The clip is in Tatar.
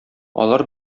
алар